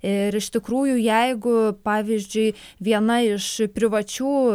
ir iš tikrųjų jeigu pavyzdžiui viena iš privačių